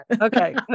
Okay